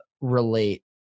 relate